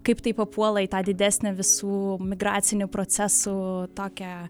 kaip tai papuola į tą didesnę visų migracinių procesų tokią